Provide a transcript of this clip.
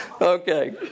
Okay